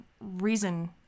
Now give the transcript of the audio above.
reason